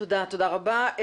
תודה רבה.